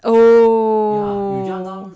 oh